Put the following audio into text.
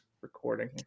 recording